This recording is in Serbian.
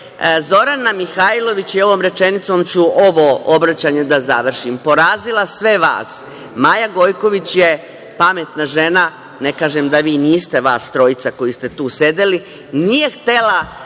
Zorana Mihajlović je, i ovom rečenicom ću ovo obraćanje da završim, porazila sve vas. Maja Gojković je pametna žena, ne kažem da vi niste, vas trojica koji ste tu sedeli, nije htela